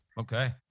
Okay